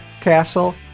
castle